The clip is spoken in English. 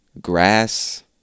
grass